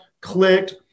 clicked